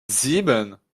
sieben